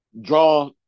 draw